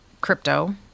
crypto